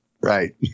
Right